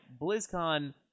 BlizzCon